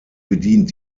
bedient